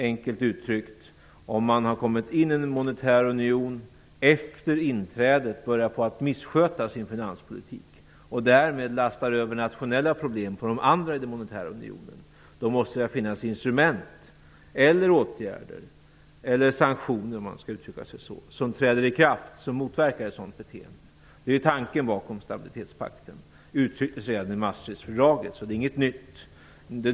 Enkelt uttryckt, om man efter inträdet i den monetära unionen börjar missköta sin finanspolitik och därmed lastar över nationella problem på de andra i den monetära unionen måste det finnas instrument, åtgärder eller sanktioner, om man skall uttrycka sig så, som träder i kraft och som motverkar ett sådant beteende. Det är tanken bakom stabilitetspakten. Det uttrycktes redan i Maastrichtfördraget, så det är inget nytt.